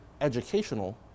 educational